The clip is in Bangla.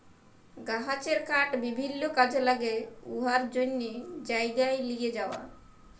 গাহাচের কাঠ বিভিল্ল্য কাজে ল্যাগে উয়ার জ্যনহে জায়গায় লিঁয়ে যাউয়া